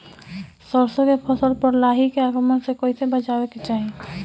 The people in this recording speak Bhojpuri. सरसो के फसल पर लाही के आक्रमण से कईसे बचावे के चाही?